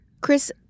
Chris